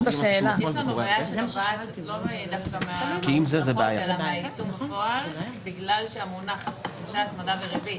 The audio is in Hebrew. יש לנו בעיה שנובעת מהעיצום בפועל בגלל שהמונח הפרשי הצמדה וריבית